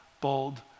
bold